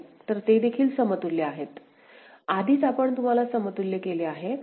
तर ते देखील समतुल्य आहेत आधीच आपण त्याला समतुल्य केले आहे